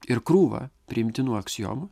ir krūvą priimtinų aksiomų